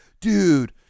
dude